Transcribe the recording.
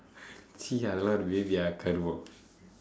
!chi! அது எல்லா ஒரு:athu ellaa oru babya கருமம்:karumam